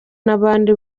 n’abandi